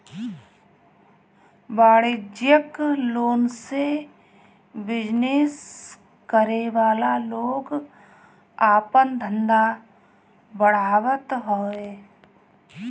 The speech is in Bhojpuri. वाणिज्यिक लोन से बिजनेस करे वाला लोग आपन धंधा बढ़ावत हवे